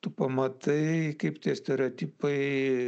tu pamatai kaip tie stereotipai